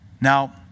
Now